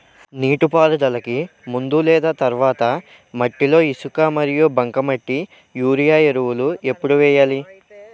నీటిపారుదలకి ముందు లేదా తర్వాత మట్టిలో ఇసుక మరియు బంకమట్టి యూరియా ఎరువులు ఎప్పుడు వేయాలి?